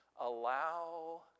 Allow